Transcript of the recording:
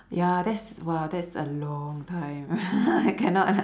ya that's !wow! that's a long time I cannot